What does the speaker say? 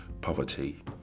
poverty